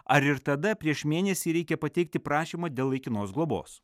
ar ir tada prieš mėnesį reikia pateikti prašymą dėl laikinos globos